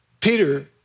Peter